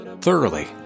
thoroughly